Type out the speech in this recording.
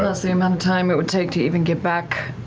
plus, the amount of time it would take to even get back.